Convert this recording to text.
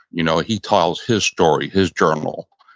you know he tells his story, his journal.